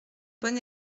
bon